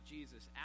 Jesus